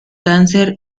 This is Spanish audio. cáncer